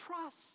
trust